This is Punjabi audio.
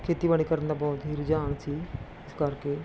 ਖੇਤੀਬਾੜੀ ਕਰਨ ਦਾ ਬਹੁਤ ਹੀ ਰੁਝਾਨ ਸੀ ਇਸ ਕਰਕੇ